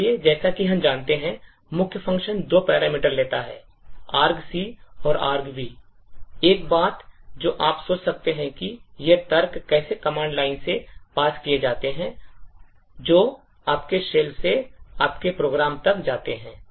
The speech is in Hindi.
इसलिए जैसा कि हम जानते हैं मुख्य function दो parameter लेता है argc और argv एक बात जो आप सोच सकते हैं कि ये तर्क कैसे command line से pass किए जाते हैं जो आपके shell से आपके प्रोग्राम तक जाते है